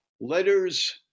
Letters